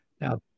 Now